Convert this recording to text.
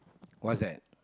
what's that